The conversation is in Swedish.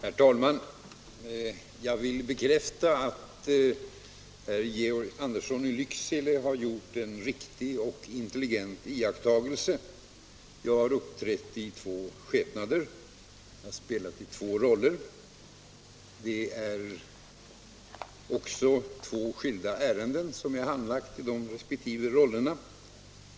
Herr talman! Jag vill bekräfta att herr Georg Andersson i Lycksele har gjort en riktig och intelligent iakttagelse. Jag har uppträtt i två skepnader, spelat i två roller. Det är också två skilda ärenden som jag har behandlat i de resp. rollerna.